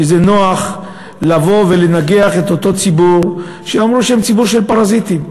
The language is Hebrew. כי זה נוח לבוא ולנגח את אותו ציבור שאמרו שהוא ציבור של פרזיטים.